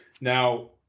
Now